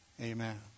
Amen